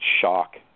shock